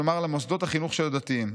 כלומר למוסדות החינוך של הדתיים.